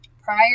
prior